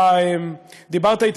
אתה דיברת אתי,